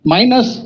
Minus